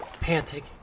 panting